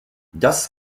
das